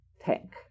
tank